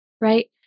right